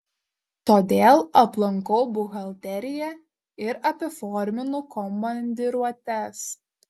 todėl aplankau buhalteriją ir apiforminu komandiruotes